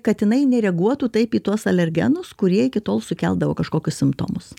katinai nereaguotų taip į tuos alergenus kurie iki tol sukeldavo kažkokius simptomus